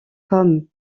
pommes